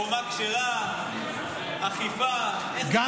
קומה כשרה, אכיפה, איך זה קשור אחד לשני?